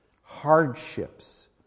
hardships